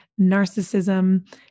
narcissism